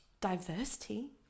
diversity